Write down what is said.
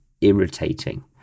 irritating